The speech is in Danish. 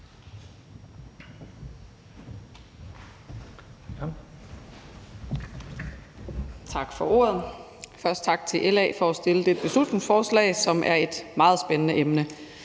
Tak for ordet. Først tak til LA for at fremsætte dette beslutningsforslag, som handler om et meget spændende emne.